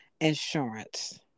insurance